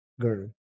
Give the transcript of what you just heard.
Girl